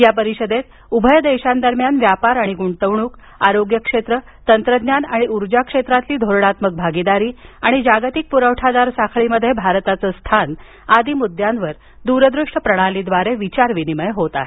या परिषदेत उभय देशांदरम्यान व्यापार आणि गुंतवणूक आरोग्यक्षेत्र तंत्रज्ञान आणि ऊर्जाक्षेत्रातील धोरणात्मक भागीदारी आणि जागतिक पुरवठादार साखळीमध्ये भारताचं स्थान आदी मुद्द्यांवर दूरदृश्य प्रणालीद्वारे विचारविनिमय होत आहे